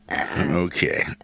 Okay